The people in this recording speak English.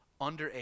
underage